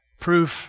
proof